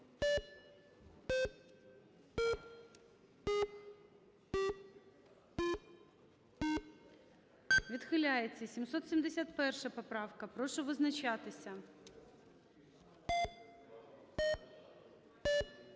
Відхиляється. 770 поправка. Прошу визначатися.